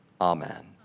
Amen